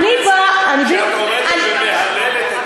זה לא לכבודך, שאת עומדת ומהללת.